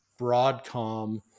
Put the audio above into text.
Broadcom